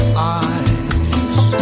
eyes